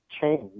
change